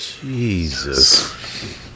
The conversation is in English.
Jesus